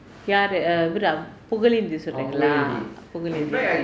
யாரு:yaaru uh இவரு:ivaru pugalethesvari ah